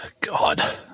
god